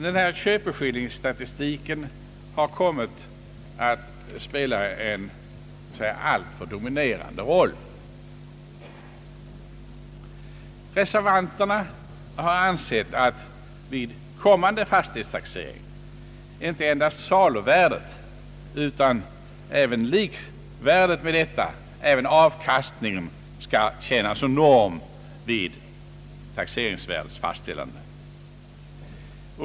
Denna statistik över köpeskillingar har kommit att spela en alltför dominerande roll. Reservanterna har ansett att inte endast saluvärdet utan likvärdigt med detta även avkastningen borde vid kommande = fastighetstaxering tjäna som norm vid taxeringsvärdets fastställande.